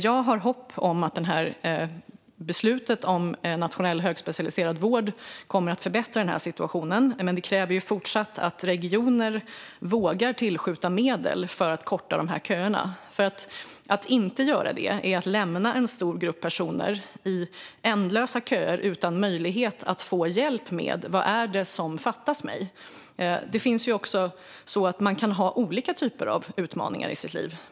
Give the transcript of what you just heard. Jag har hopp om att beslutet om en nationell högspecialiserad vård kommer att förbättra situationen, men det kräver fortsatt att regioner vågar tillskjuta medel för att korta köerna. Att inte göra det är att lämna en stor grupp personer i ändlösa köer utan möjlighet att få hjälp med det som fattas dem. Man kan ha många olika typer av utmaningar i sitt liv.